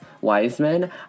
Wiseman